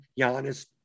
Giannis